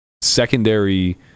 secondary